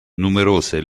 numerose